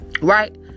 right